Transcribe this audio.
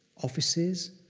offices,